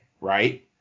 right